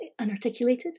unarticulated